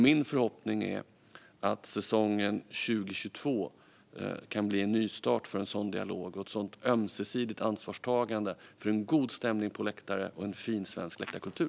Min förhoppning är att säsongen 2022 kan bli en nystart för en sådan dialog och ett sådant ömsesidigt ansvarstagande för en god stämning på läktare och en fin svensk läktarkultur.